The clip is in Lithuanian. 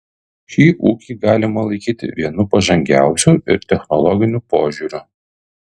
šį ūkį galima laikyti vienu pažangiausių ir technologiniu požiūriu